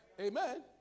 Amen